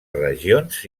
regions